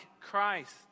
Christ